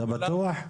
אתה בטוח?